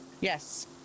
yes